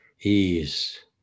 ease